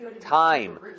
time